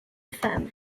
femme